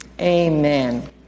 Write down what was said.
amen